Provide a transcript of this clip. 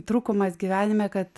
trūkumas gyvenime kad